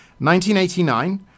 1989